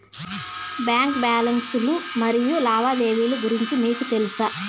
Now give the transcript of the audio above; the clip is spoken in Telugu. బ్యాంకు బ్యాలెన్స్ లు మరియు లావాదేవీలు గురించి మీకు తెల్సా?